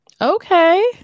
Okay